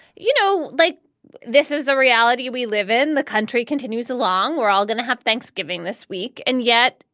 you know, like this is the reality we live in the country continues along. we're all going to have thanksgiving this week. and yet,